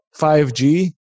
5G